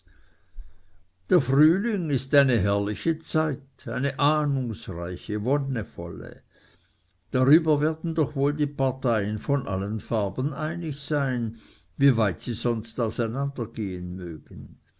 der frühling ist eine herrliche zeit eine ahnungsreiche wonnevolle darüber werden doch wohl die parteien von allen farben einig sein wie weit sie sonst auseinandergehen mögen